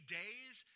days